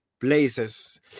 places